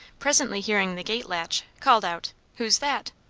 presently hearing the gate latch, called out who's that?